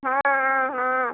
हाँ हाँ हाँ